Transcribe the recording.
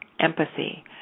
empathy